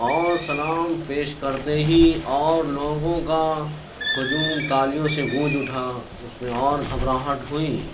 اور سلام پیش کرتے ہی اور لوگوں کا ہجوم تالیوں سے گونج اُٹھا اُس میں اور گھبراہٹ ہوئی